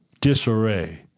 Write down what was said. disarray